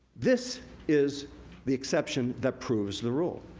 this is the exception that proves the rule.